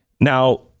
Now